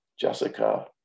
Jessica